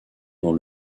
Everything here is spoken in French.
dans